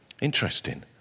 Interesting